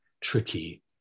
tricky